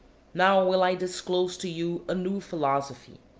now will i disclose to you a new philosophy!